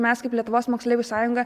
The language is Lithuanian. mes kaip lietuvos moksleivių sąjunga